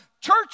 church